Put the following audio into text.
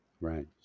Right